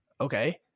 okay